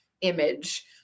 image